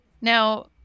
Now